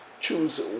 choose